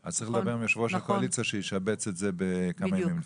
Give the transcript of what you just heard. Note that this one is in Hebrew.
אז צריך לדבר עם יושב ראש הקואליציה שהוא ישבץ את זה כמה ימים לפני.